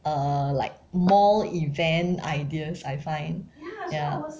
err like mall event ideas I find